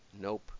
Nope